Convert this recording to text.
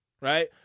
Right